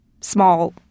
small